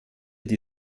die